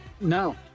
no